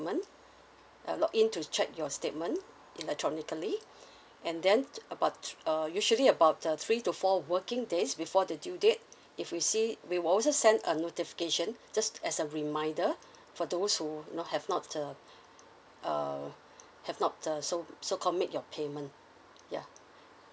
uh log in to check your statement electronically and then about uh usually about uh three to four working days before the due date if we see we will also send a notification just as a reminder for those who you know have not uh uh have not uh so so call make your payment ya